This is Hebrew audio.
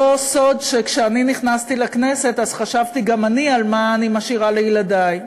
לא סוד שכשאני נכנסתי לכנסת חשבתי גם אני על מה אני משאירה לילדי.